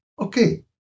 Okay